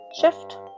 shift